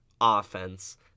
offense